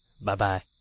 Bye-bye